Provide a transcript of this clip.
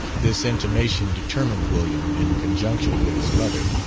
this intimation determined william, in conjunction with his mother,